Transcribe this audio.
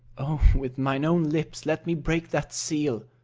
oh, with mine own lips let me break that seal!